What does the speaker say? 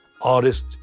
artist